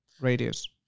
radius